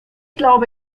glaube